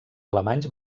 alemanys